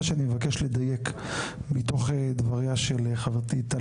מה שאני מבקש לדייק מתוך דבריה של חברתי טלי